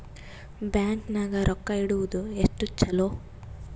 Bank ನಾಗ ರೊಕ್ಕ ಇಡುವುದು ಎಷ್ಟು ಚಲೋ?